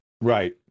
Right